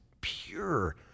pure